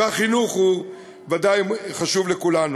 החינוך ודאי חשוב לכולנו.